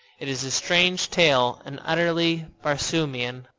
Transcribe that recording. it is a strange tale and utterly barsoomian.